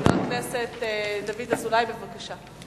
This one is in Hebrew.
חבר הכנסת דוד אזולאי, בבקשה.